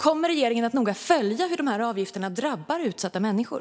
Kommer regeringen att noga följa hur avgifterna drabbar utsatta människor?